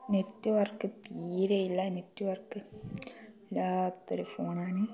network തീരെയില്ല network ഇല്ലാത്തൊരു ഫോണാണ്